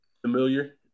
familiar